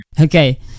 Okay